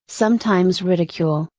sometimes ridicule,